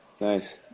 nice